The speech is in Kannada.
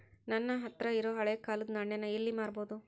ನಾ ನನ್ನ ಹತ್ರಿರೊ ಹಳೆ ಕಾಲದ್ ನಾಣ್ಯ ನ ಎಲ್ಲಿ ಮಾರ್ಬೊದು?